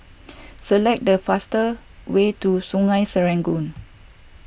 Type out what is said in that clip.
select the fastest way to Sungei Serangoon